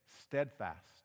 steadfast